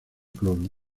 cloro